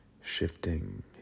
shifting